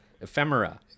ephemera